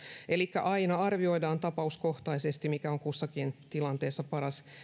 elikkä aina arvioidaan tapauskohtaisesti mikä on kussakin tilanteessa paras